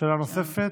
שאלה נוספת?